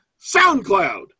SoundCloud